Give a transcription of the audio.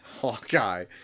Hawkeye